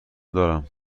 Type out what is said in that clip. دارم